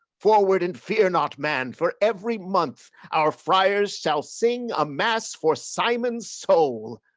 forward and fear not, man, for every month our friars shall sing a mass for simon's soul.